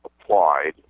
applied